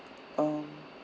um